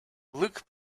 look